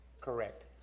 Correct